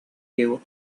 you